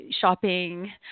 shopping